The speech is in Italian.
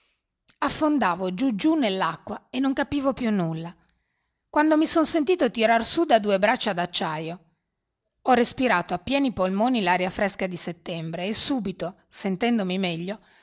affondavo giù giù nell'acqua e non capivo più nulla quando mi son sentito tirar su da due braccia d'acciaio ho respirato a pieni polmoni l'aria fresca di settembre e subito sentendomi meglio